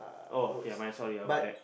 oh okay my sorry about that